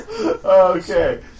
Okay